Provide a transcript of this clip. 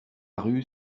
rue